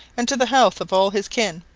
and to the health of all his kin.